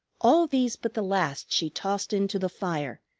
all these but the last she tossed into the fire,